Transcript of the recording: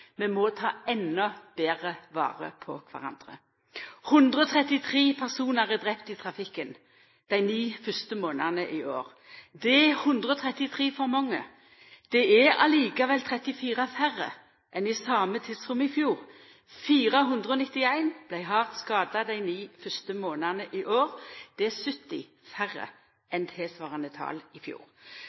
Vi må ta endå betre vare på kvarandre. 133 personar er drepne i trafikken dei ni fyrste månadene i år. Det er 133 for mange. Det er likevel 34 færre enn i same tidsrom i fjor. 491 vart hardt skadde dei ni fyrste månadene i år. Det er 70 færre enn tilsvarande tal i fjor.